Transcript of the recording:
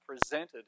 presented